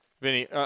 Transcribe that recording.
Vinny